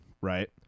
Right